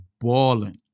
balling